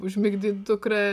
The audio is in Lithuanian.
užmigdyt dukrą